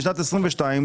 שנת 22',